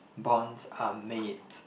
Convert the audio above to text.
bonds are made